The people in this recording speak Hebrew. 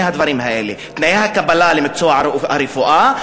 הדברים האלה: תנאי הקבלה למקצוע הרפואה,